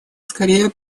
скорее